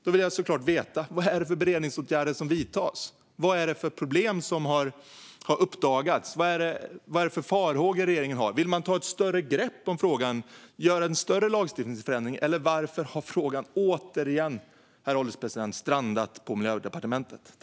Då vill jag såklart veta: Vad är det för beredningsåtgärder som vidtas? Vad är det för problem som har uppdagats? Vad är det för farhågor regeringen har? Vill man ta ett större grepp om frågan och göra en större lagstiftningsförändring, eller varför har frågan återigen strandat på Miljödepartementet?